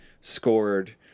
scored